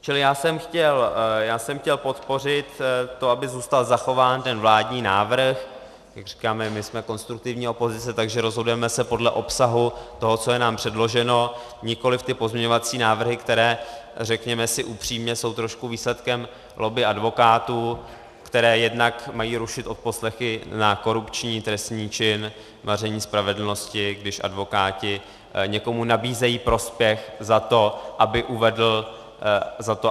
Čili já jsem chtěl podpořit to, aby zůstal zachován ten vládní návrh jak říkáme, my jsme konstruktivní opozice, takže rozhodujeme se podle obsahu toho, co je nám předloženo , nikoliv ty pozměňovací návrhy, které, řekněme si upřímně, jsou trošku výsledkem lobby advokátů, které jednak mají rušit odposlechy na korupční trestní čin maření spravedlnosti, když advokáti někomu nabízejí prospěch za to,